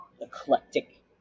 eclectic